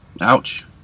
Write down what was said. Ouch